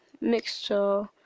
mixture